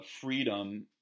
freedom